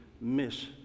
miss